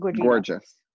Gorgeous